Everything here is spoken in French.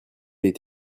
est